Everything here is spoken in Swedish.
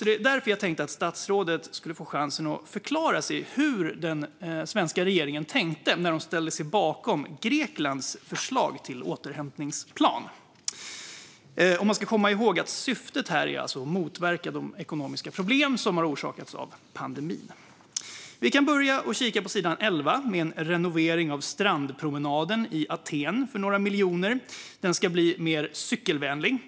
Det är därför jag tänkte att statsrådet skulle få chansen att förklara hur den svenska regeringen tänkte när man ställde sig bakom Greklands förslag till återhämtningsplan. Vi ska komma ihåg att syftet är att motverka de ekonomiska problem som har orsakats av pandemin. Vi kan börja med att kika på sidan 11, med förslag om att renovera strandpromenaden i Aten för några miljoner. Den ska bli mer cykelvänlig.